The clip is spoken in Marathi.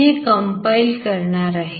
मी हे compile करणार आहे